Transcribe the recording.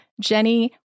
Jenny